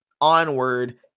onward